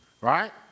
Right